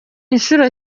nshuro